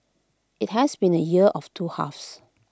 IT has been A year of two halves